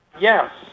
Yes